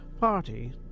party